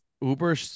Uber